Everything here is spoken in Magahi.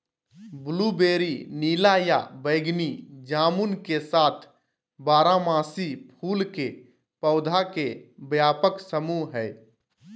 ब्लूबेरी नीला या बैगनी जामुन के साथ बारहमासी फूल के पौधा के व्यापक समूह हई